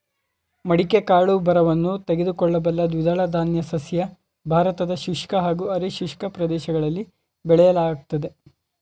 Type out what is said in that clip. ಮಡಿಕೆ ಕಾಳು ಬರವನ್ನು ತಡೆದುಕೊಳ್ಳಬಲ್ಲ ದ್ವಿದಳಧಾನ್ಯ ಸಸ್ಯ ಭಾರತದ ಶುಷ್ಕ ಹಾಗೂ ಅರೆ ಶುಷ್ಕ ಪ್ರದೇಶಗಳಲ್ಲಿ ಬೆಳೆಯಲಾಗ್ತದೆ